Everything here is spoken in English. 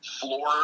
floor